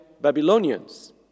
Babylonians